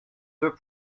deux